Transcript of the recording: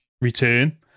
return